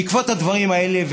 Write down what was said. בעקבות הדברים האלה,